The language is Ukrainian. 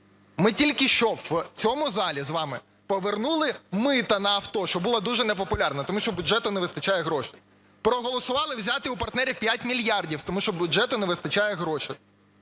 Ми тільки що в цьому залі з вами повернули мито на авто, що було дуже не популярно, тому що бюджету не вистачає грошей. Проголосували взяти у партнерів 5 мільярдів, тому що бюджету не вистачає грошей,